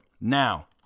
Now